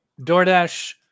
DoorDash